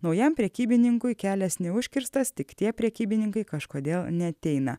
naujam prekybininkui kelias neužkirstas tik tie prekybininkai kažkodėl neateina